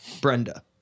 Brenda